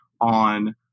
on